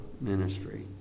ministry